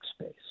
space